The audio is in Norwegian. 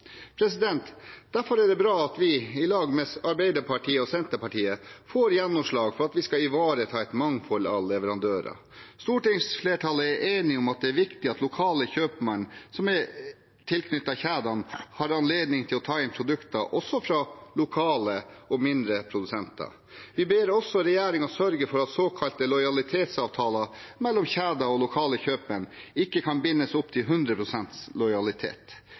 Derfor er det bra at vi i lag med Arbeiderpartiet og Senterpartiet får gjennomslag for at vi skal ivareta et mangfold av leverandører. Stortingsflertallet er enige om at det er viktig at lokale kjøpmenn som er tilknyttet kjedene, har anledning til å ta inn produkter også fra lokale og mindre produsenter. Vi ber også regjeringen sørge for at såkalte lojalitetsavtaler mellom kjeder og lokale kjøpmenn ikke kan bindes opp til 100 pst. lojalitet.